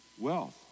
wealth